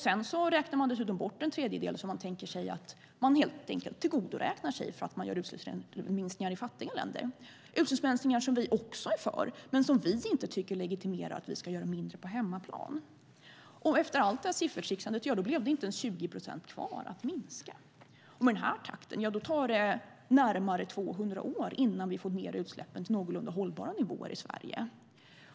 Sedan räknar man dessutom bort en tredjedel som man helt enkelt tillgodoräknar sig för att man gör utsläppsminskningar i fattiga länder. Det är utsläppsminskningar som vi också är för men som vi inte tycker legitimerar att man ska göra mindre på hemmaplan. Efter allt detta siffertricksande blev det inte ens 20 procent kvar att minska. Med denna takt tar det närmare 200 år innan vi får ned utsläppen till någorlunda hållbara nivåer i Sverige.